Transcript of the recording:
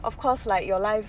of course like your life